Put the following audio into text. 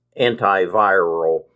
antiviral